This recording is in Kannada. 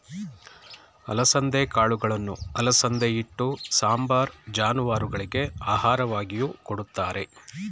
ಅಲಸಂದೆ ಕಾಳುಗಳನ್ನು ಅಲಸಂದೆ ಹಿಟ್ಟು, ಸಾಂಬಾರ್, ಜಾನುವಾರುಗಳಿಗೆ ಆಹಾರವಾಗಿಯೂ ಕೊಡುತ್ತಾರೆ